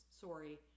Sorry